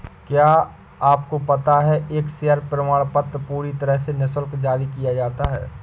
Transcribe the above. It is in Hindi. क्या आपको पता है एक शेयर प्रमाणपत्र पूरी तरह से निशुल्क जारी किया जाता है?